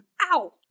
Ow